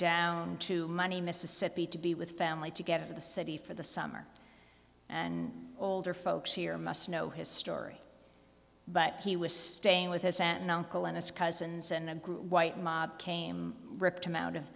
down to money mississippi to be with family to get of the city for the summer and older folks here must know his story but he was staying with his aunt and uncle and his cousins and then grew white mob came ripped him out of